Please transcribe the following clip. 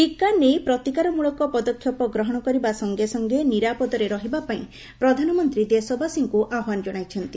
ଟିକା ନେଇ ପ୍ରତିକାରମଳକ ପଦକ୍ଷେପ ଗ୍ରହଣ କରିବା ସଙ୍ଗେ ସଙ୍ଗେ ନିରାପଦରେ ରହିବା ପାଇଁ ପ୍ରଧାନମନ୍ତ୍ରୀ ଦେଶବାସୀଙ୍କୁ ଆହ୍ଚାନ ଜଣାଇଛନ୍ତି